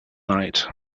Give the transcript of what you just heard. night